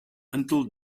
until